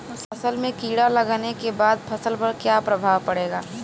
असल में कीड़ा लगने के बाद फसल पर क्या प्रभाव पड़ेगा?